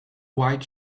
white